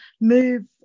move